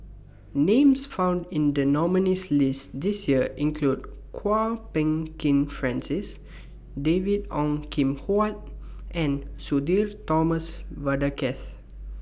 Names found in The nominees' list This Year include Kwok Peng Kin Francis David Ong Kim Huat and Sudhir Thomas Vadaketh